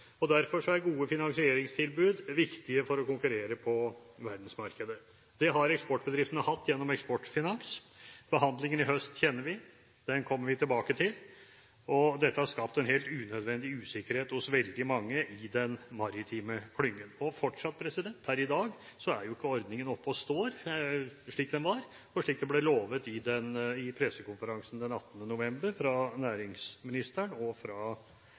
eksportområde. Derfor er gode finansieringstilbud viktige for å konkurrere på verdensmarkedet. Det har eksportbedriftene hatt gjennom Eksportfinans. Behandlingen i høst kjenner vi, den kommer vi tilbake til. Dette har skapt en helt unødvendig usikkerhet hos veldig mange i den maritime klyngen. Fortsatt, per i dag, er ikke ordningen oppe og står slik den var, og slik det ble lovet fra næringsministeren og